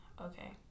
okay